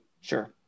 Sure